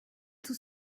tout